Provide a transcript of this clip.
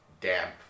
damp